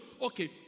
okay